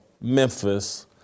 Memphis